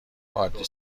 عادی